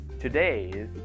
today